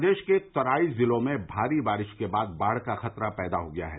प्रदेश के तराई जिलों में भारी बारिश के बाद बाढ़ का खतरा पैदा हो गया है